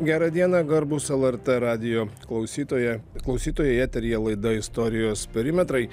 gerą dieną garbūs lrt radijo klausytojai klausytojai eteryje laida istorijos perimetrai